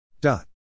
Dot